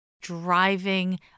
driving